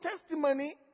testimony